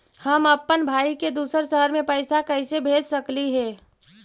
हम अप्पन भाई के दूसर शहर में पैसा कैसे भेज सकली हे?